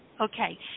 Okay